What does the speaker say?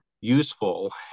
useful